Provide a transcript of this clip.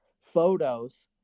photos